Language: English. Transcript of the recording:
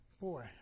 boy